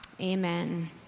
amen